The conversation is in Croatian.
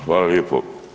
Hvala lijepo.